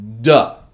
Duh